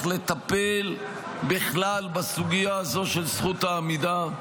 לטפל בכלל בסוגיה הזו של זכות העמידה,